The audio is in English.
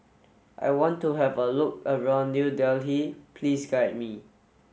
I want to have a look around New Delhi Please guide me